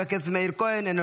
חבר הכנסת מאיר כהן,